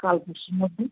কাল পরশুর মধ্যে